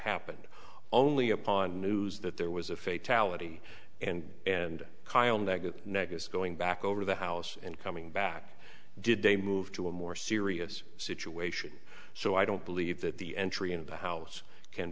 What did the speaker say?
happened only upon news that there was a fake tallahassee and and kyle negative negative going back over the house and coming back did they move to a more serious situation so i don't believe that the entry in the house can